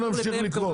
לחקלאים.